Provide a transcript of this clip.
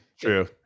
true